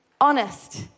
honest